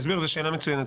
זו שאלה מצוינת.